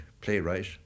playwright